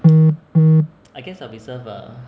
I guess I'll be served a